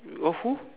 with who